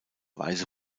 weiße